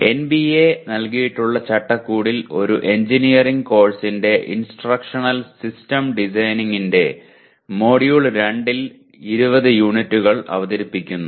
NBA നൽകിയ ചട്ടക്കൂടിൽ ഒരു എഞ്ചിനീയറിംഗ് കോഴ്സിന്റെ ഇൻസ്ട്രക്ഷണൽ സിസ്റ്റം ഡിസൈനിന്റെ മോഡ്യൂൾ 2 വിൽ 20 യൂണിറ്റുകളിലൂടെ അവതരിപ്പിക്കുന്നു